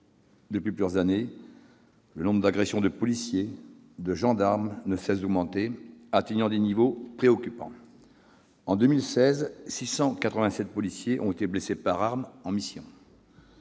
Depuis plusieurs années, le nombre d'agressions de policiers et de gendarmes ne cesse d'augmenter, atteignant des niveaux préoccupants. En 2016, 687 policiers ont été blessés par arme en mission